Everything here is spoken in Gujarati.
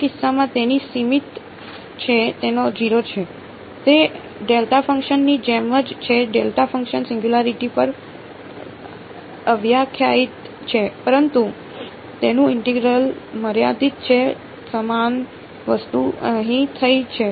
આ કિસ્સામાં તેની સીમિત છે તેનો 0 છે તે ડેલ્ટા ફંક્શન ની જેમ જ છે ડેલ્ટા ફંક્શન સિંગયુંલારીટી પર અવ્યાખ્યાયિત છે પરંતુ તેનું ઇન્ટેગ્રલ મર્યાદિત છે સમાન વસ્તુ અહીં થઈ છે